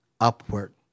upward